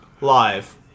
Live